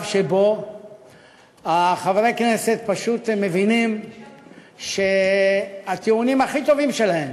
שבו חברי הכנסת פשוט מבינים שהטיעונים הכי טובים שלהם